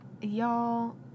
Y'all